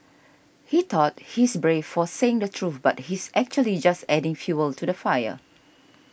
he thought he's brave for saying the truth but he's actually just adding fuel to the fire